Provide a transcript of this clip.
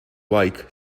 like